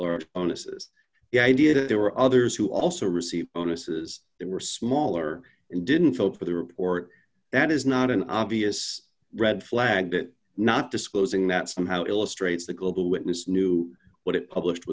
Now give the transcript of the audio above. large bonuses the idea that there were others who also received bonuses that were smaller and didn't vote for the report that is not an obvious red flag that not disclosing that somehow illustrates the global witness knew what it published